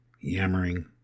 yammering